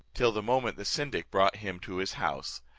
till the moment the syndic brought him to his house.